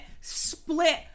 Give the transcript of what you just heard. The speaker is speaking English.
split